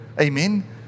Amen